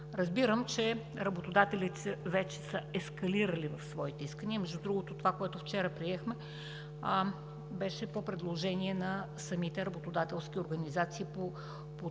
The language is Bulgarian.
Разбирам, че работодателите вече са ескалирали в своите искания – между другото, това, което вчера приехме, беше по предложение на самите работодателски организации, по техни